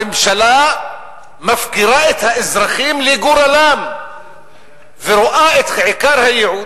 הממשלה מפקירה את האזרחים לגורלם ורואה את עיקר הייעוד,